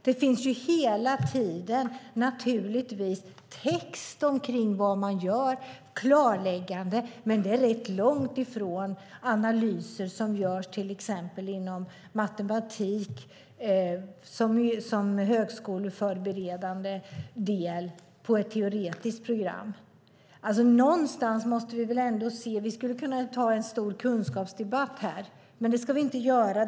Det finns naturligtvis hela tiden text och klarlägganden kring vad man gör, men det är rätt långt ifrån analyser som görs till exempel inom matematik på ett högskoleförberedande teoretiskt program. Vi skulle kunna ta en stor kunskapsdebatt här, men det ska vi inte göra.